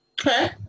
okay